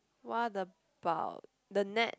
what about the net